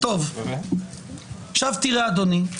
תראה אדוני,